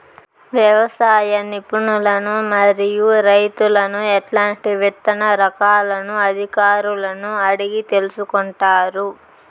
వ్యవసాయ నిపుణులను మరియు రైతులను ఎట్లాంటి విత్తన రకాలను అధికారులను అడిగి తెలుసుకొంటారు?